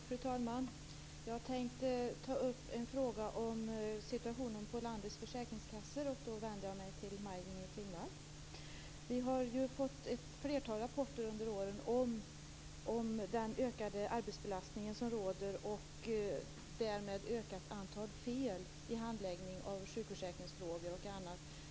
Fru talman! Det här har ju varit en viktig fråga i budgetarbetet; att klara resurserna till våra försäkringskassor.